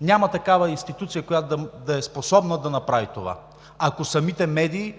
няма такава институция, която да е способна да направи това, ако самите медии